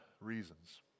reasons